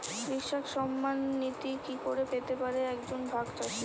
কৃষক সন্মান নিধি কি করে পেতে পারে এক জন ভাগ চাষি?